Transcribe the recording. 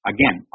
Again